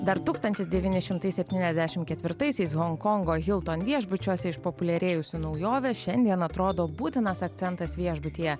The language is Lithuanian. dar tūkstantis devyni šimtai septyniasdešimt ketvirtaisiais honkongo hilton viešbučiuose išpopuliarėjusi naujovė šiandien atrodo būtinas akcentas viešbutyje